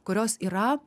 kurios yra